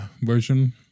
version